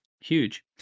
huge